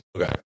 Okay